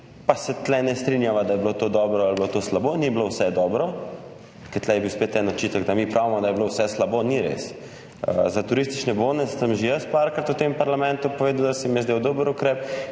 Pa se tu ne strinjava, ali je bilo to dobro ali je bilo to slabo. Ni bilo vse dobro. Ker tu je bil spet en očitek, da mi pravimo, da je bilo vse slabo – ni res. Za turistične bone sem že nekajkrat v tem parlamentu povedal, da so se mi zdeli dober ukrep,